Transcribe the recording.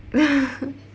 (uh huh)